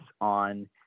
on